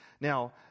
Now